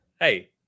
Hey